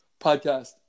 podcast